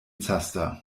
zaster